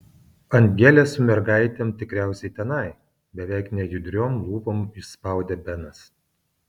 angelė su mergaitėm tikriausiai tenai beveik nejudriom lūpom išspaudė benas